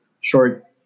short